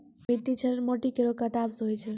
मिट्टी क्षरण माटी केरो कटाव सें होय छै